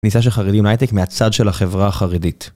כניסה של חרדי להייטק מהצד של החברה החרדית